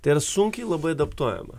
tai yra sunkiai labai adaptuojama